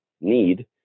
need